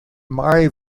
mare